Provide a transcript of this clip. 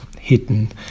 hidden